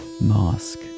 mask